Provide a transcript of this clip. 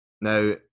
Now